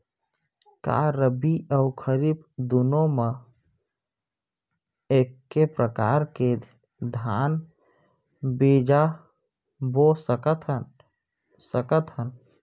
का रबि अऊ खरीफ दूनो मा एक्के प्रकार के धान बीजा बो सकत हन?